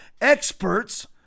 experts